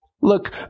Look